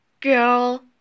Girl